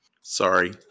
Sorry